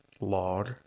log